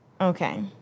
Okay